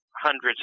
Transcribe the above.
hundreds